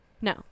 No